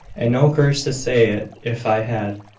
and no courage to say it if i had.